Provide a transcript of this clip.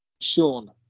Sean